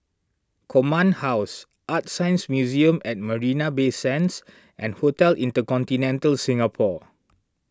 Command House ArtScience Museum at Marina Bay Sands and Hotel Intercontinental Singapore